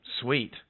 Sweet